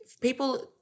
people –